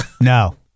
no